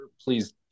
please